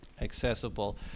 accessible